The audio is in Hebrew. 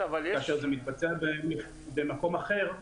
כאשר זה מתבצע במקום אחר,